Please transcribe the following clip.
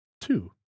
Two